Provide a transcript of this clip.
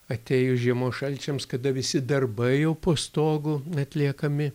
atėjus žiemos šalčiams kada visi darbai jau po stogu atliekami